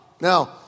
Now